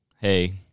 hey